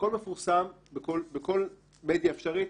הכול מפורסם בכל מדיה אפשרית.